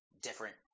different